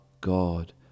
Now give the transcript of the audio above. God